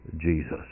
Jesus